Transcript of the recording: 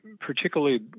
particularly